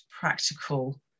practical